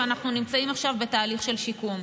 ואנחנו נמצאים עכשיו בתהליך של שיקום.